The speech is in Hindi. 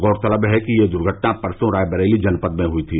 गौरतलब है कि यह दुर्घटना कल रायबरेली जनपद में हुई थी